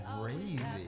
crazy